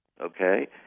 okay